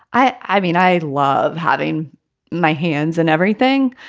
i i mean, i love having my hands and everything.